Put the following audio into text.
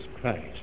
christ